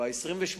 ב-28